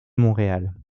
montréal